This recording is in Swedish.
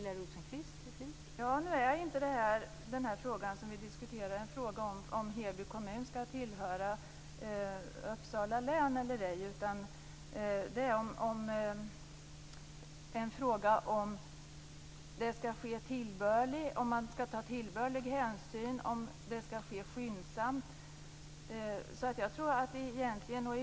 Fru talman! Denna fråga gäller inte om Heby kommun skall tillhöra Uppsala län eller ej. Frågan gäller om man skall ta tillbörlig hänsyn och om det skall ske skyndsamt.